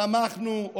שמחנו,